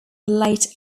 late